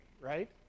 right